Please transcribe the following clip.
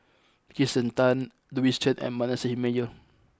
Kirsten Tan Louis Chen and Manasseh Meyer